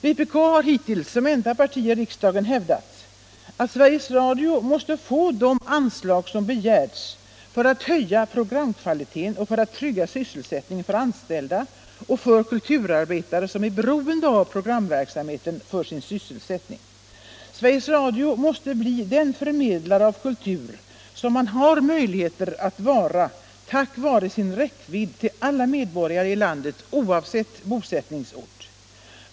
Vpk har hittills som enda parti i riksdagen hävdat att Sveriges Radio måste få de anslag som begärts för att höja programkvaliteten och trygga sysselsättningen för anställda och för kulturarbetare som är beroende av programverksamheten för sin sysselsättning. Sveriges Radio måste bli den förmedlare av kultur som företaget har möjlighet att vara tack vare sin räckvidd till alla medborgare i landet oavsett bosättningsort.